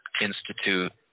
Institute